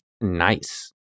nice